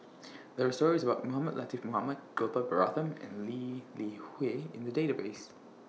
There Are stories about Mohamed Latiff Mohamed Gopal Baratham and Lee Li Hui in The Database